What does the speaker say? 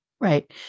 Right